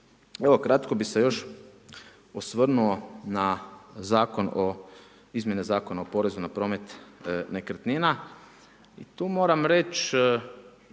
Evo, kratko bi se još osvrnuo na Zakon o izmjene Zakona o porezu na promet nekretnina i tu moram reći